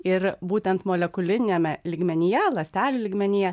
ir būtent molekuliniame lygmenyje ląstelių lygmenyje